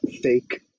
fake